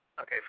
okay